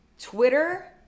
Twitter